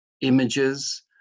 images